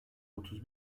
otuz